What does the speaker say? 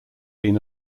been